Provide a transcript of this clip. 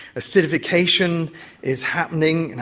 acidification is happening. and